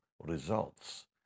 results